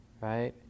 right